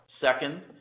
Second